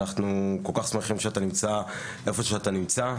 אנחנו כל כך שמחים שאתה נמצא איפה שאתה נמצא.